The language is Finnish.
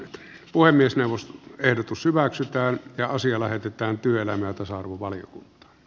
puhemiesneuvoston ehdotus hyväksytään ja asia lähetetään työelämä tasa arvon vaalin